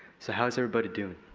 so how is everybody doing?